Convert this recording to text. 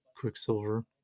Quicksilver